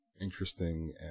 interesting